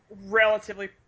relatively